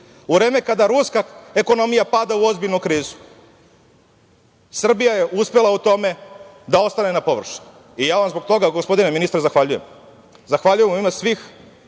vreme kada ruska ekonomija pada u ozbiljnu krizu, Srbija je uspela u tome da ostane na površini. I ja vam zbog toga, gospodine ministre, zahvaljujem. Zahvaljujem vam u ime